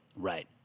Right